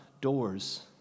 doors